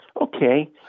Okay